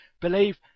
believe